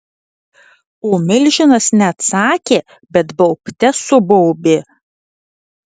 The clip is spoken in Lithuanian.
o milžinas ne atsakė bet baubte subaubė